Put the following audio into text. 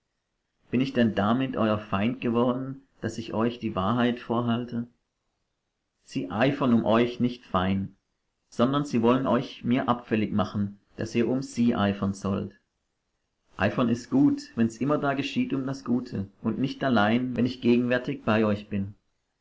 bin ich denn damit euer feind geworden daß ich euch die wahrheit vorhalte sie eifern um euch nicht fein sondern sie wollen euch von mir abfällig machen daß ihr um sie eifern sollt eifern ist gut wenn's immerdar geschieht um das gute und nicht allein wenn ich gegenwärtig bei euch bin